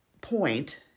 point